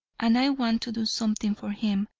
and i want to do something for him.